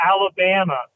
Alabama